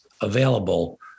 available